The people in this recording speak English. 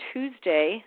Tuesday